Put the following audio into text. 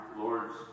Lord's